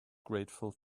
grateful